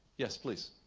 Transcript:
yes please